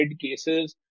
cases